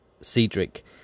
Cedric